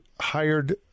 hired